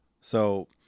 So-